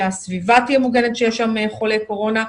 שהסביבה תהיה מוגנת כשיש שם חולי קורונה.